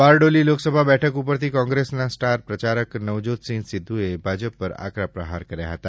બારડોલી લોકસભા બેઠક ઉપરથી કોંગ્રેસના સ્ટાર પ્રચારક નવજોતસિંહ સિંધુએ ભાજપ પર આકરા પ્રહારો કર્યા હતા